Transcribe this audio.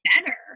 better